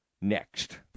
next